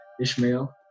Ishmael